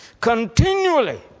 continually